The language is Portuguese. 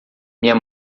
minha